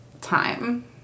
time